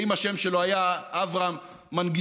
שאם השם שלו היה אברהם מנגיסטובסקי,